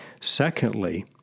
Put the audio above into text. Secondly